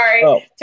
Sorry